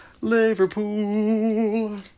Liverpool